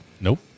Nope